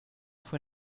von